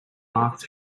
marked